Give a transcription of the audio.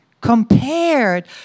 compared